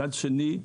מצד שני,